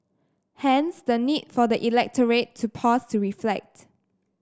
hence the need for the electorate to pause to reflect